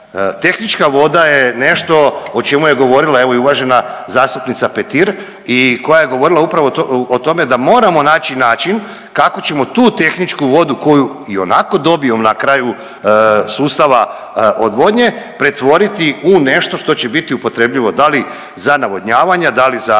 Tehnička voda je nešto o čemu je govorila, evo i uvažena zastupnica Petir i koja je govorila upravo o tome da moramo naći način kako ćemo tu tehničku vodu koju ionako dobijemo, na kraju sustava odvodnje, pretvoriti u nešto što će biti upotrebljivo, da li za navodnjavanje, da li za